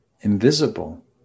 Invisible